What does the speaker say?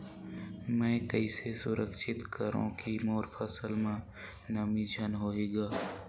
मैं कइसे सुरक्षित करो की मोर फसल म नमी झन होही ग?